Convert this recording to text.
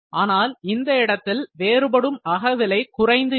ஆனால் இந்த இடத்தில் வேறுபடும் அகவிலை குறைந்து இருக்கும்